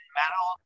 metal